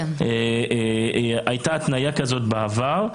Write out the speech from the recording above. הייתה התניה כזאת בעבר,